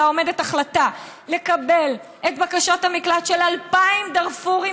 החלטה לקבל את בקשות המקלט של 2,000 דארפורים,